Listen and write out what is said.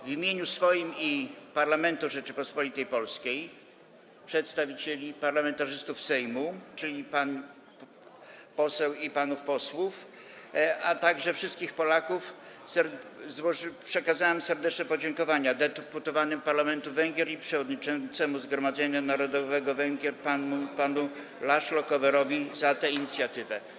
W imieniu swoim i parlamentu Rzeczypospolitej Polskiej, przedstawicieli parlamentarzystów Sejmu, czyli pań poseł i panów posłów, a także wszystkich Polaków przekazałem serdeczne podziękowania deputowanym parlamentu Węgier i przewodniczącemu Zgromadzenia Narodowego Węgier panu László Kövérowi za tę inicjatywę.